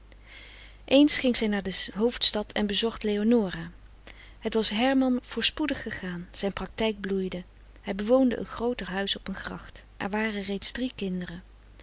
eens ging zij naar de hoofdstad en bezocht leonora het was herman voorspoedig gegaan zijn praktijk bloeide hij bewoonde een grooter huis op een gracht er waren reeds drie kinderen